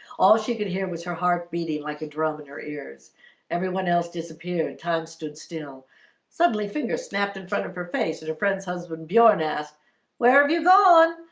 all she could hear was her heart beating like a drum in her ears everyone else disappeared time stood still suddenly fingers snapped in front of her face at her friend's husband. bjorn asked where have you gone?